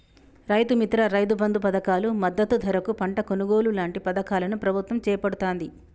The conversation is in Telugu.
రైతు మిత్ర, రైతు బంధు పధకాలు, మద్దతు ధరకు పంట కొనుగోలు లాంటి పధకాలను ప్రభుత్వం చేపడుతాంది